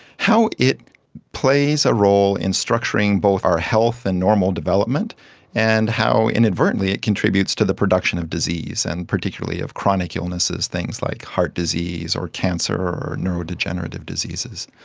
how it plays a role in structuring both our health and normal development and how inadvertently it contributes to the production of disease and particularly of chronic illnesses, things like heart disease or cancer or neurodegenerative diseases.